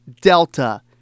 Delta